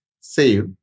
save